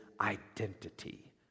identity